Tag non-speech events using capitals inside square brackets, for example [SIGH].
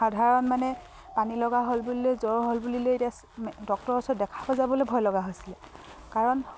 সাধাৰণ মানে পানী লগা হ'ল বুলিলে জ্বৰ হ'ল বুলিলে এতিয়া [UNINTELLIGIBLE] ডক্তৰৰ ওচৰত দেখাব যাবলৈ ভয় লগা হৈছিলে কাৰণ